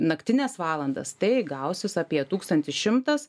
naktines valandas tai gausis apie tūkstantį šimtas